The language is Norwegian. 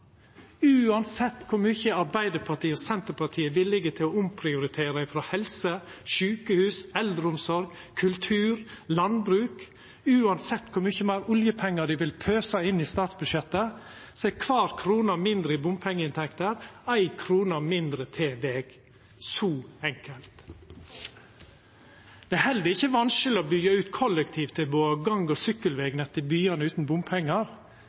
Uansett kor mykje Arbeidarpartiet og Senterpartiet er villige til å omprioritera frå helse, sjukehus, eldreomsorg, kultur, landbruk, uansett kor mykje meir oljepengar dei vil pøsa inn i statsbudsjettet, er kvar krone mindre i bompengeinntekter éi krone mindre til veg – så enkelt. Det er heller ikkje vanskeleg å byggja ut kollektivtilbodet eller gang- og sykkelvegnettet i byane utan bompengar;